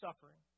suffering